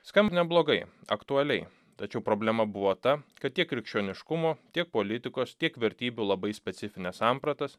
skamba neblogai aktualiai tačiau problema buvo ta kad tiek krikščioniškumo tiek politikos tiek vertybių labai specifines sampratas